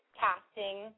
casting